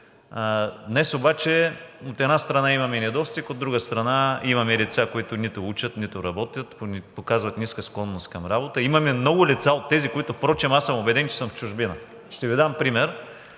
днес обаче, от една страна, имаме недостиг, от друга страна, имаме лица, които нито учат, нито работят, показват ниска склонност към работата. Имаме много лица от тези, които впрочем аз съм убеден, че са в чужбина. Ще Ви дам пример.